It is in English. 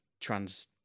trans